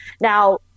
Now